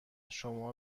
شما